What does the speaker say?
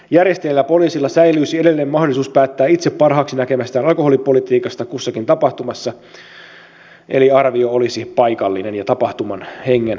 järjestäjillä ja poliisilla säilyisi edelleen mahdollisuus päättää itse parhaaksi näkemästään alkoholipolitiikasta kussakin tapahtumassa eli arvio olisi paikallinen ja tapahtuman hengen mukainen